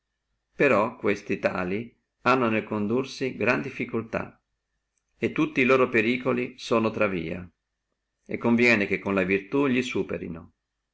però questi tali hanno nel condursi gran difficultà e tutti e loro periculi sono fra via e conviene che con la virtù li superino